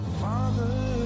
Father